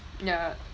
ya